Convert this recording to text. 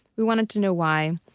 we wanted to know why,